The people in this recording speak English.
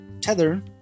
Tether